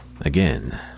Again